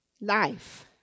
Life